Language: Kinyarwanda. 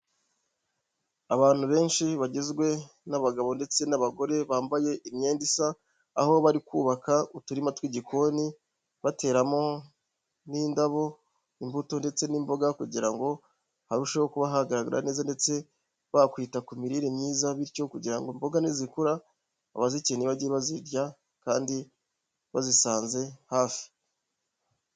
Abantu benshi bagizwe n'abagabo ndetse n'abagore bambaye imyenda isa, aho bari kubaka uturima tw'igikoni bateramo n'indabo, imbuto ndetse n'imboga kugira ngo harusheho kuba hagaragara neza ndetse bakwita ku mirire myiza bityo kugira ngo imboga nizikura abazikeneye bajye bazirya kandi bazisanze hafi.